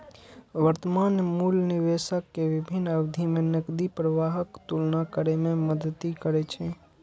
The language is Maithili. वर्तमान मूल्य निवेशक कें विभिन्न अवधि मे नकदी प्रवाहक तुलना करै मे मदति करै छै